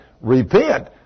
repent